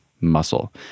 muscle